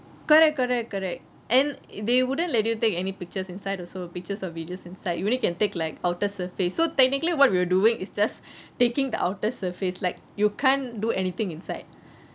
correct correct correct and they wouldn't let you take any pictures inside also pictures or videos inside you only can take like outer surface so technically what we're doing is just taking the outer surface like you can't do anything inside ya